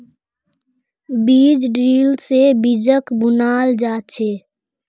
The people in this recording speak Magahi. बीज ड्रिल से बीजक बुनाल जा छे